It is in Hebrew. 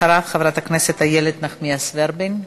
אחריו, חברת הכנסת איילת נחמיאס ורבין.